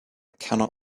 cannot